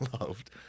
loved